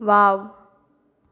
wow